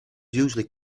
usually